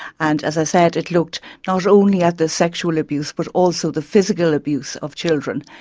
and, as i said, it looked not only at the sexual abuse but also the physical abuse of children,